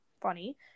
Funny